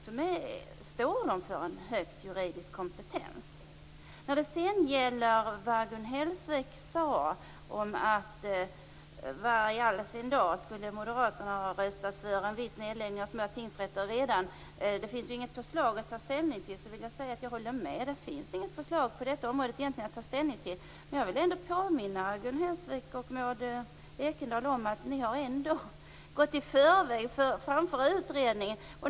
För mig står de för en hög juridisk kompetens. Gun Hellsvik frågade hur i all sin dar Moderaterna redan skulle kunna ha röstat för en viss nedläggning när det inte finns något förslag att ta ställning till. Jag håller med om det. Det finns inget förslag att ta ställning till på det här området. Men jag vill ändå påminna Gun Hellsvik och Maud Ekendahl om att ni har gått före utredningen.